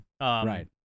Right